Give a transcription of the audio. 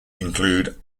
include